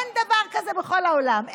אין דבר כזה בכל העולם.